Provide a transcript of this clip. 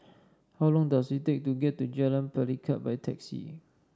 how long does it take to get to Jalan Pelikat by taxi